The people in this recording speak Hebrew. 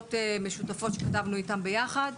פקודות משותפות שכתבנו איתם ביחד,